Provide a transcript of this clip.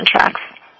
contracts